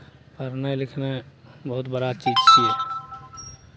पढ़नाइ लिखनाइ बहुत बड़ा चीज छियै